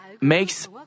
makes